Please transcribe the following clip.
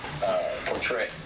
portray